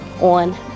on